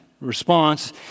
response